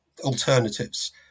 alternatives